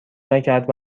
نکرد